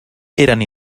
era